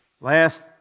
Last